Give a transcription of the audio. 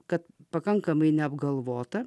kad pakankamai neapgalvota